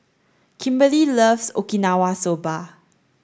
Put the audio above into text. Kimberlee loves Okinawa soba